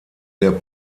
der